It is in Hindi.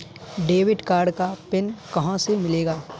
डेबिट कार्ड का पिन कहां से मिलेगा?